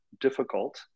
difficult